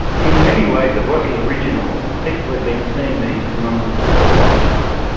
in many ways it wasn't original. people had been seeing these phenomena for quite a long time.